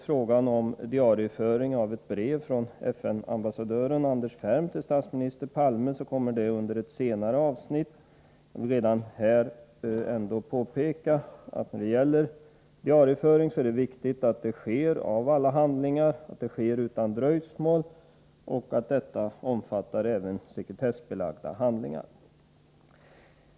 Frågan om diarieföringen av ett brev från FN-ambassadören Anders Ferm till statsminister Palme kommer under ett senare avsnitt. Jag vill redan här ändå påpeka att det är viktigt att alla handlingar diarieförs, att det sker utan dröjsmål och att diarieföringen omfattar även sekretessbelagda handlingar.